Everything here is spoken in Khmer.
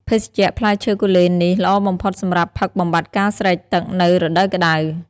ភេសជ្ជៈផ្លែឈើគូលែននេះ ល្អបំផុតសម្រាប់ផឹកបំបាត់ការស្រេកទឹកនៅរដូវក្ដៅ។